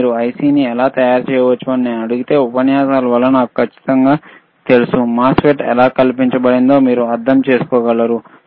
కానీ IC ని ఎలా తయారు చేయవచ్చని నేను మిమల్ని అడిగితే ఉపన్యాసాల వల్ల మీకు ఖచ్చితంగా తెలుసు MOSFET ఎలా కల్పించబడిందో మీరు అర్థం చేసుకోగలరు